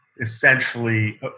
essentially